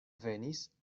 venis